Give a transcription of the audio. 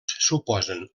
suposen